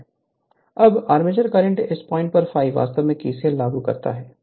Refer Slide Time 2700 अब armature current इस point पर ∅ वास्तव में kcl लागू करता है